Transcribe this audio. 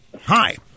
Hi